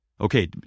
okay